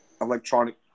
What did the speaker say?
electronic